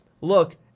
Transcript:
look